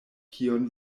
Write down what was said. kion